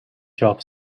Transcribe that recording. job